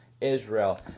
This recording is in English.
Israel